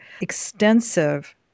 extensive